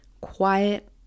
quiet